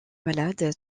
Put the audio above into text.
malade